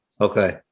Okay